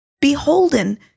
beholden